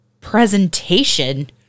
presentation